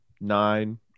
nine